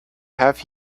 have